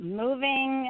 moving